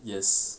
yes